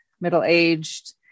middle-aged